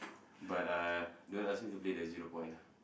but uh don't ask me to play that zero point ah